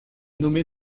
nommée